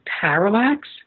Parallax